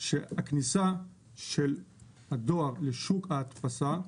- שהכניסה של הדואר לשוק ההדפסה,